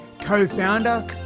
co-founder